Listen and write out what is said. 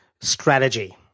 strategy